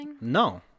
no